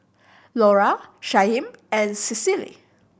Lora Shyheim and Cicely